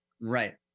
right